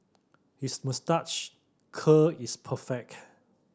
his moustache curl is perfect